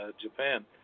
Japan